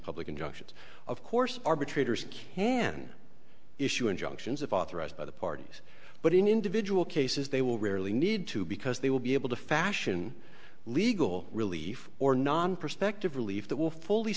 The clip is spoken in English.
public injunctions of course arbitrators can issue injunctions of authorized by the parties but in individual cases they will rarely need to because they will be able to fashion a legal relief or non prospective relief that will fully